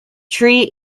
tree